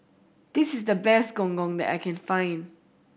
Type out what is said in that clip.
this is the best Gong Gong that I can find